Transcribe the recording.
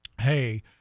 Hey